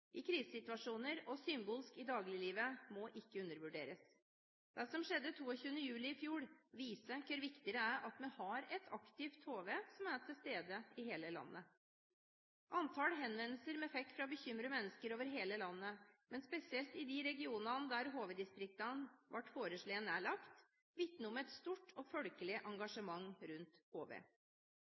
i krisesituasjoner og symbolsk i dagliglivet, må ikke undervurderes. Det som skjedde 22. juli i fjor, viser hvor viktig det er at vi har et aktivt HV som er til stede i hele landet. Antall henvendelser vi fikk fra bekymrede mennesker over hele landet, men spesielt i de regionene der HV-distriktene ble foreslått nedlagt, vitner om et stort og folkelig engasjement rundt HV.